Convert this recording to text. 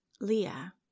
Leah